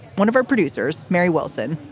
one of our producers, mary wilson,